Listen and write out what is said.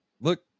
look